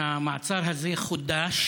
המעצר הזה חוּדש